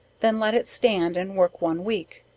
then let it stand and work one week,